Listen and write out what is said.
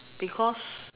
because